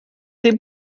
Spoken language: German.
dem